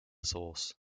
source